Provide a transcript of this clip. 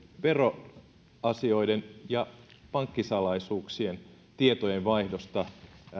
veroasioiden ja pankkisalaisuuksien tietojenvaihdosta